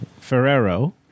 Ferrero